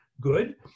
Good